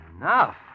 Enough